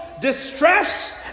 distress